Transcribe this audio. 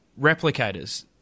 replicators